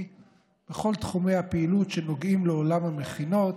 בכל תחומי הפעילות שנוגעים לעולם המכינות.